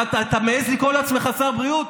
אתה מעז לקרוא לעצמך שר הבריאות?